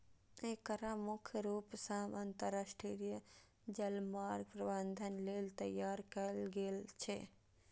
एकरा मुख्य रूप सं अंतरराष्ट्रीय जलमार्ग प्रबंधन लेल तैयार कैल गेल छै